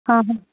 হ হ